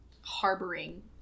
harboring